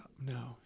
No